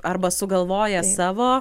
arba sugalvoja savo